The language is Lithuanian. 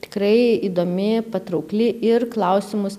tikrai įdomi patraukli ir klausimus